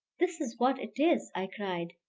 this is what it is? i cried.